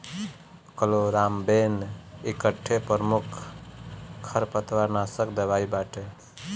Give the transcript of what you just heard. chloramben एकठे प्रमुख खरपतवारनाशक दवाई बाटे